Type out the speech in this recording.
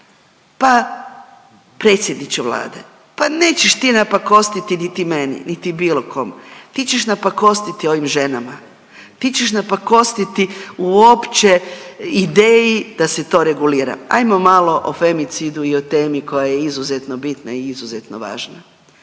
Pa predsjedniče Vlade, pa nećeš ti napakostiti niti meni, niti bilo kom. Ti ćeš napakostiti ovim ženama, ti ćeš napakostiti uopće ideji da se to regulira. Hajmo malo o femicidu i o temi koja je izuzetno bitna i izuzetno važna.